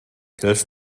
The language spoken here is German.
hilf